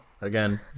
again